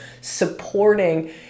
supporting